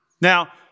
Now